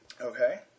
Okay